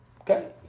okay